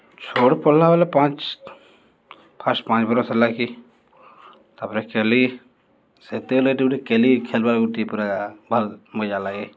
ଛୋଟ୍ ପଢ଼୍ଲା ବେଲେ ପାଞ୍ଚ୍ ଫାଷ୍ଟ୍ ପାଞ୍ଚ୍ ବରଷ୍ ହେଲାକି ତା'ପରେ କେଲି ସେତେବେଲେ ଗୁଟେ ଗୁଟେ କେଲି ଖେଲ୍ବାର୍ ଗୁଟେ ପୁରା ଭଲ୍ ମଜା ଲାଗେ